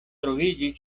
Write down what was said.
troviĝi